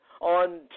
on